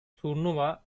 turnuva